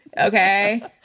Okay